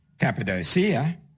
Cappadocia